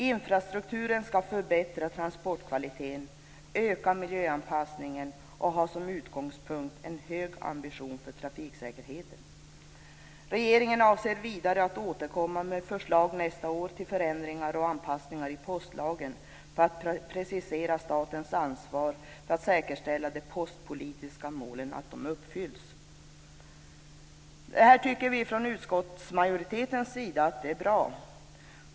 Infrastrukturen skall förbättra transportkvaliteten, öka miljöanpassningen och ha en hög ambition för trafiksäkerheten som utgångspunkt. Regeringen avser vidare att nästa år återkomma med förslag till förändringar och anpassningar i postlagen för att precisera statens ansvar när det gäller att säkerställa att de postpolitiska målen uppfylls. Vi tycker från utskottsmajoritetens sida att det är bra.